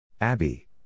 Abby